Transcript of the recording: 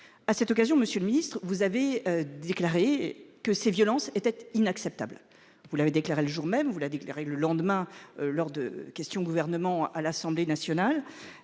à cette occasion, Monsieur le Ministre, vous avez déclaré que ces violences étaient inacceptables. Vous l'avez déclaré le jour même où vous l'a déclaré le lendemain lors de questions au gouvernement à l'Assemblée nationale.